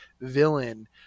villain